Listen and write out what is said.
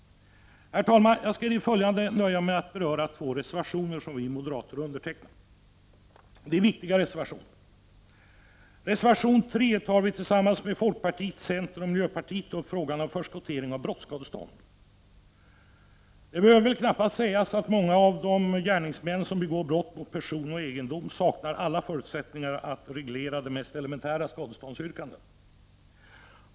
Herr talman! Jag skall nöja mig med att i det följande beröra två viktiga reservationer som vi moderater har varit med om att underteckna. I reservation 3 tar vi tillsammans med folkpartiet, centern och miljöpartiet upp frågan om förskottering av brottsskadestånd. Det behöver väl knappast sägas att många av de gärningsmän som begår brott mot person och egendom saknar alla förutsättningar att reglera de mest elementära skadeståndsyrkanden.